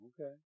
okay